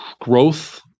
growth